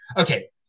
Okay